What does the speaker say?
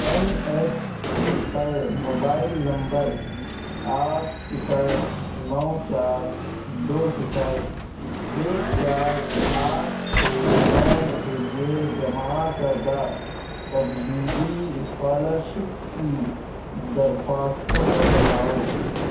N S P پر mobile number آٹھ صفر نو چار دو صفر ایک چار آٹھ چھ نو کے لیے جمع کردہ تجدیدی اسکالر شپ کی درخواستیں بتاؤ